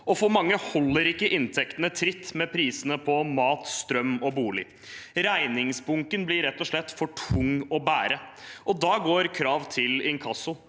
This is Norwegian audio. for mange holder ikke inntektene tritt med prisene på mat, strøm og bolig. Regningsbunken blir rett og slett for tung å bære, og da går krav til inkasso.